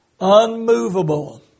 Unmovable